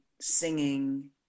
singing